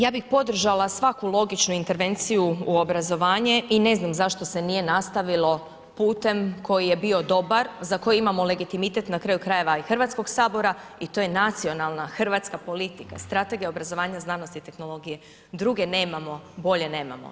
Ja bih podržala svaku logičnu intervenciju u obrazovanje i ne znam zašto se nije nastavilo putem koji je bio dobar, za koji imamo legitimitet, na kraju krajeva i HS i to je nacionalna hrvatska politika, strategija obrazovanja znanosti i tehnologije, druge nemamo, bolje nemamo.